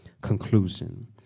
conclusion